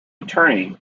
attorney